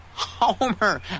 Homer